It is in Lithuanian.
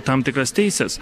tam tikras teises